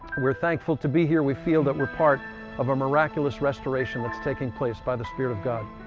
we're thankful to be here. we feel that we're part of a miraculous restoration that's taking place by the spirit of god.